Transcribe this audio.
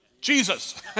Jesus